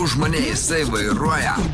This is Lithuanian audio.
už mane jisai vairuoja